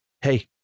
hey